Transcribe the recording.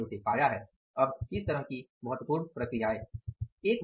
अब इस तरह की महत्वपूर्ण प्रक्रियाएं